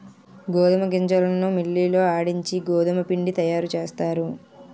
గోధుమ గింజలను మిల్లి లో ఆడించి గోధుమపిండి తయారుచేస్తారు